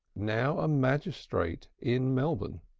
now a magistrate in melbourne.